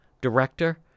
director